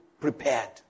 prepared